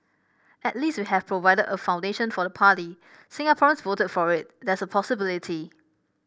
at least we have provided a foundation for the party Singaporeans voted for it there's a possibility